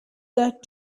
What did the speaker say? that